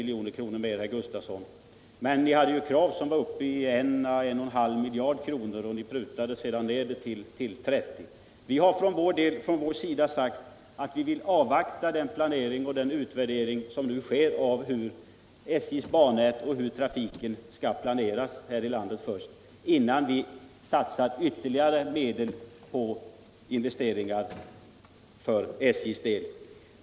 Men folkpartiet och centerpartiet hade krav som låg på mellan 1 och 1 1/2 miljarder. och det prutades sedan ner till 30 miljoner. Vi har från vår sida sagt att vi vill avvakta den planering och utvärdering som nu sker av hur SJ:s bannät och trafiken skall planeras här i landet.